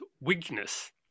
weakness